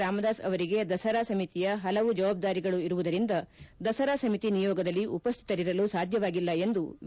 ರಾಮದಾಸ್ ಅವರಿಗೆ ದಸರಾ ಸಮಿತಿಯ ಹಲವು ಜವಾಬ್ದಾರಿಗಳು ಇರುವುದರಿಂದ ದಸರಾ ಸಮಿತಿ ನಿಯೋಗದಲ್ಲಿ ಉಪಸ್ಟಿತರಿರಲು ಸಾಧ್ಯವಾಗಿಲ್ಲ ಎಂದು ವಿ